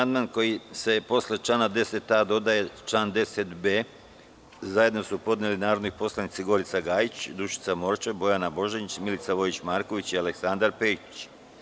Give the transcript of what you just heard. Amandman kojim se posle člana 10a dodaje član 10b zajedno su podneli narodni poslanici Gorica Gajić, Dušica Morčev, Bojana Božanić, Milica Vojić Marković i Aleksandar Pejčić.